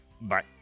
Bye